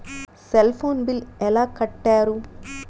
Cell phone bill ఎలా కట్టారు?